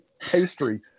pastry